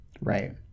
right